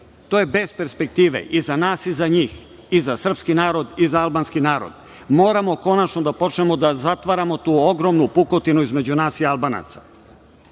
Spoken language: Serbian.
To je bez perspektive i za nas i za njih, i za srpski narod i za albanski narod. Moramo konačno da zatvaramo tu ogromnu pukotinu između nas i Albanaca. Predlog